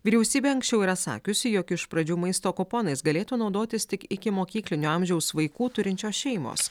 vyriausybė anksčiau yra sakiusi jog iš pradžių maisto kuponais galėtų naudotis tik ikimokyklinio amžiaus vaikų turinčios šeimos